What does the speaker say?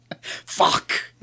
Fuck